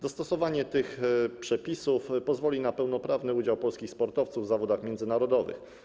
Dostosowanie tych przepisów pozwoli na pełnoprawny udział polskich sportowców w zawodach międzynarodowych.